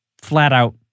flat-out